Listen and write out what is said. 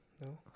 no